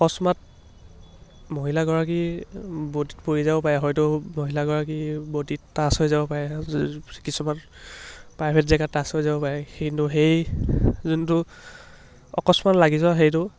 অকস্মাত মহিলাগৰাকীৰ বডিত পৰি যাব পাৰে হয়তো মহিলাগৰাকী বডিত টাছ হৈ যাব পাৰে কিছুমান প্ৰাইভেট জেগাত টাছ হৈ যাব পাৰে কিন্তু সেই যোনটো অকস্মাত লাগি যোৱা সেইটো